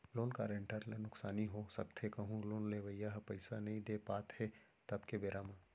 loan guarantor ल नुकसानी हो सकथे कहूँ लोन लेवइया ह पइसा नइ दे पात हे तब के बेरा म